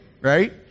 right